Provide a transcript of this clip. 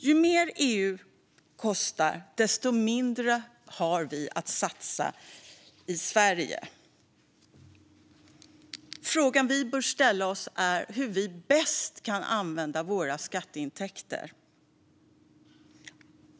Ju mer EU kostar, desto mindre har vi att satsa i Sverige. Frågan vi bör ställa oss är hur vi bäst kan använda våra skatteintäkter.